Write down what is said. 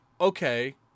okay